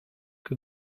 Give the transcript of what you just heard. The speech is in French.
que